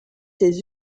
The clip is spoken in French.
ses